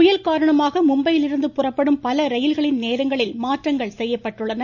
புயல் காரணமாக மும்பையிலிருந்து புறப்படும் பல ரயில்களின் நேரங்களில் மாற்றங்கள் செய்யப்பட்டுள்ளன